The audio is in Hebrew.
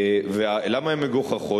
ולמה הן מגוחכות?